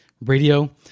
Radio